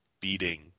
beating